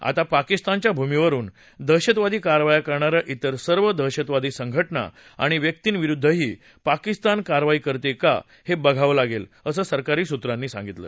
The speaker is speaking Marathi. आता पाकिस्तानच्या भूमीवरुन दहशतवादी कारावाया करणा या त्रिर सर्व दहशतवादी संघटना आणि व्यक्तींविरुद्धही पाकिस्तान कारवाई करते का हे बघावं लागेल असं सरकारी सूत्रांनी सांगितलं